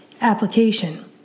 Application